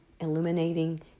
illuminating